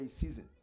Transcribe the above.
season